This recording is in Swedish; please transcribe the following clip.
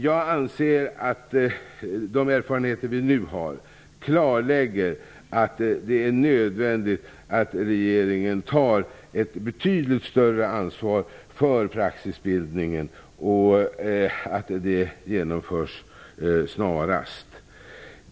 Jag anser att de erfarenheter som vi nu har klarlägger att det är nödvändigt att regeringen tar ett betydligt större ansvar för praxisbildningen och att den genomförs snarast.